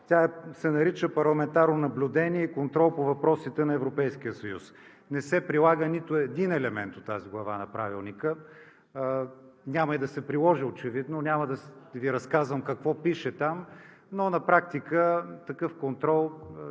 Тя се нарича „Парламентарно наблюдение и контрол по въпросите на Европейския съюз“. Не се прилага нито един елемент от тази глава на Правилника. Няма и да се приложи очевидно, няма да Ви разказвам какво пише там, но на практика такъв контрол